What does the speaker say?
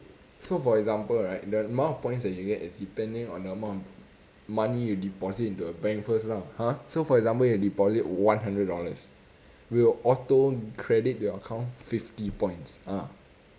so for example right the amount of points that you get is depending on the amount of money you deposit into a bank first lah !huh! for example you deposit one hundred dollars we will auto credit your account fifty points ah